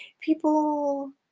people